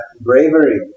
bravery